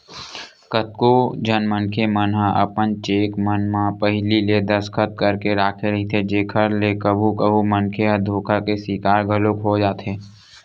कतको झन मनखे मन ह अपन चेक मन म पहिली ले दस्खत करके राखे रहिथे जेखर ले कभू कभू मनखे ह धोखा के सिकार घलोक हो जाथे